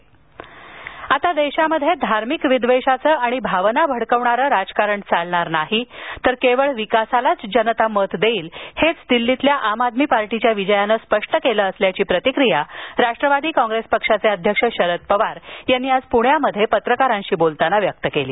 पवार आता देशात धार्मिक विद्वेषाचं आणि भावना भडकावणारं राजकारण चालणार नाही तर केवळ विकासालाच जनता मत देईल हेच दिल्लीतील आम आदमी पार्टीच्या विजयाने स्पष्ट केलं असल्याची प्रतिक्रिया राष्ट्रवादी काँग्रेस पक्षाचे अध्यक्ष शरद पवार यांनी आज पुण्यात पत्रकारांशी बोलताना व्यक्त केली